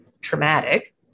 traumatic